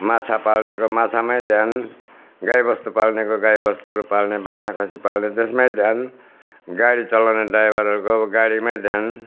माछा पाल्नेको माछामै ध्यान गाईबस्तु पाल्नेको गाईबस्तुहरू पाल्ने बाख्रा खसी पाल्ने त्यसमै ध्यान गाडी चलाउने ड्राइभरहरूको गाडीमै ध्यान